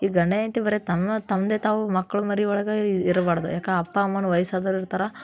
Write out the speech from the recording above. ಈ ಗಂಡ ಹೆಂಡ್ತಿ ಬರೀ ತಮ್ಮ ತಮ್ಮದೇ ತಾವು ಮಕ್ಳು ಮರಿ ಒಳಗೆ ಇರ್ಬಾರ್ದು ಯಾಕೆ ಅಪ್ಪ ಅಮ್ಮನೂ ವಯ್ಸಾದೋರು ಇರ್ತಾರೆ